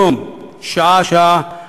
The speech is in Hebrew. שעה-שעה,